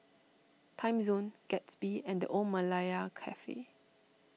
Timezone Gatsby and the Old Malaya Cafe